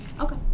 okay